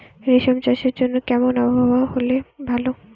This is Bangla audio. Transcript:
রেশম চাষের জন্য কেমন আবহাওয়া হাওয়া হলে ভালো?